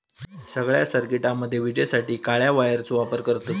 सगळ्या सर्किटामध्ये विजेसाठी काळ्या वायरचो वापर करतत